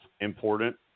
important